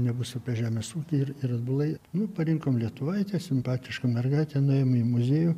nebus apie žemės ūkį ir ir atbulai nu parinkom lietuvaitę simpatišką mergaitę nuėjom į muziejų